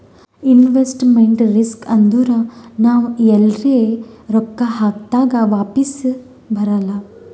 investment risk ಅಂದುರ್ ನಾವ್ ಎಲ್ರೆ ರೊಕ್ಕಾ ಹಾಕ್ದಾಗ್ ವಾಪಿಸ್ ಬರಲ್ಲ